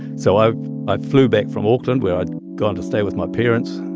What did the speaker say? so i ah flew back from auckland, where i'd gone to stay with my parents,